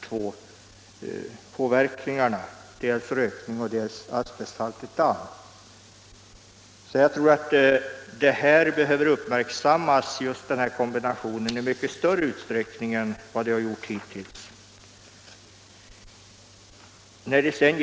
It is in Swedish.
Det är verkningarna av just denna kombination som behöver uppmärksammas i mycket större utsträckning än vad hittills har varit fallet.